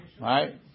right